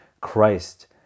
Christ